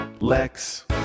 Lex